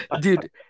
dude